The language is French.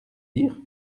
dire